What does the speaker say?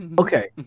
Okay